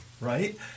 Right